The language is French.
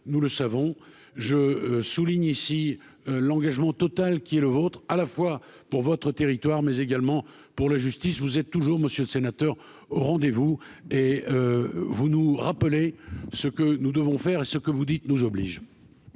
nous le savons, je souligne ici l'engagement total qui est le vôtre, à la fois pour votre territoire mais également pour la justice, vous êtes toujours Monsieur le sénateur au rendez-vous et vous nous rappelez ce que nous devons faire et ce que vous dites nous oblige.